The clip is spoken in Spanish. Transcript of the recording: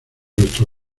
nuestra